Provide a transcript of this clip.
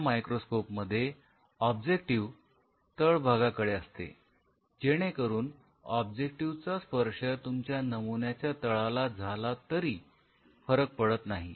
अशा मायक्रोस्कोप मध्ये ऑब्जेक्टिव्ह तळ भागाकडे असते जेणेकरून ऑब्जेक्टिव्हचा स्पर्श तुमच्या नमुन्याच्या तळाला झाला तरी फरक पडत नाही